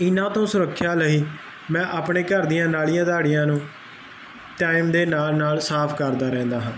ਇਹਨਾਂ ਤੋਂ ਸੁਰੱਖਿਆ ਲਈ ਮੈਂ ਆਪਣੇ ਘਰ ਦੀਆਂ ਨਾਲੀਆਂ ਧਾੜੀਆਂ ਨੂੰ ਟਾਈਮ ਦੇ ਨਾਲ ਨਾਲ ਸਾਫ ਕਰਦਾ ਰਹਿੰਦਾ ਹਾਂ